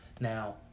Now